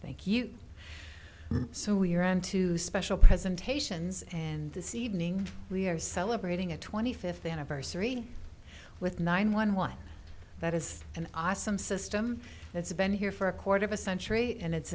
thank you so we're on to special presentations and this evening we are celebrating a twenty fifth anniversary with nine one one that is an awesome system that's been here for a quarter of a century and it's